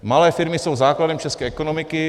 Malé firmy jsou základem české ekonomiky.